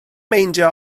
meindio